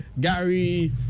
Gary